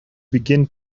begin